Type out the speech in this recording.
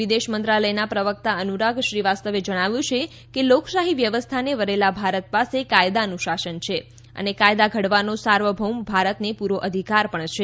વિદેશ મંત્રાલયના પ્રવક્તા અનુરાગ શ્રીવાસ્તવે જણાવ્યું છે કે લોકશાહી વ્યવસ્થાને વરેલા ભારત પાસે કાયદાનું શાસન છે અને કાયદા ઘડવાનો સાર્વભૌમ ભારતને પૂરો અધિકાર પણ છે